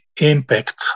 impact